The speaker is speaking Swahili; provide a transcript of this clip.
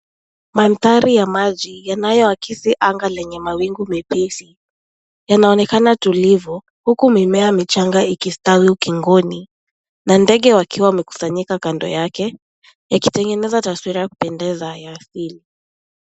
Mandhari ya maji yanayoakisi anga lenye mawingu mepesi. Yanaonekana tulivu huku mimea michanga ikistawi ukingoni, na ndege wakiwa wamekusanyika kando yake, yakitengeneza taswira ya kupendeza ya asili.